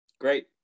Great